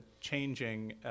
changing